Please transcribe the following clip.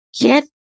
get